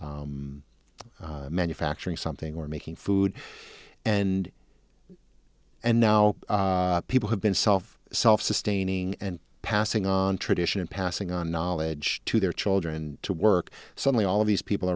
a manufacturing something or making food and and now people have been self self sustaining and passing on tradition and passing on knowledge to their children to work suddenly all of these people